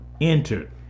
entered